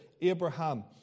Abraham